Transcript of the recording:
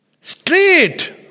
Straight